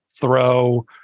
throw